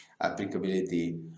applicability